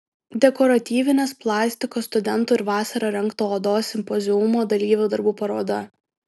dekoratyvinės plastikos studentų ir vasarą rengto odos simpoziumo dalyvių darbų paroda